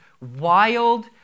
wild